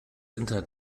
internet